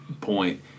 point